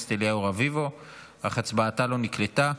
אך הצבעתה לא נקלטה.